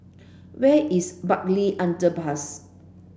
where is Bartley Underpass